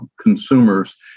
consumers